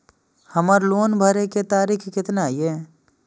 हमर लोन भरे के तारीख केतना ये?